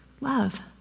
Love